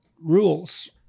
Rules